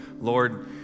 Lord